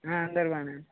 అందరు బాగా ఉన్నారు